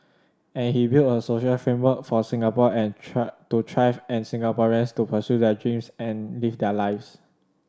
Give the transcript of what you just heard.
and he build a social framework for Singapore and try to thrive and Singaporeans to pursue their dreams and live their lives